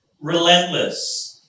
relentless